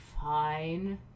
fine